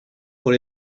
por